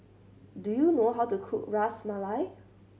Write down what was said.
do you know how to cook Ras Malai